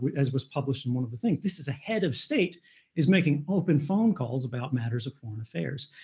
but as was published in one of the things this is a head of state is making open phone calls about matters of foreign affairs.